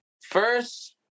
first